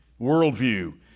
worldview